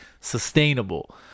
sustainable